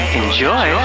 enjoy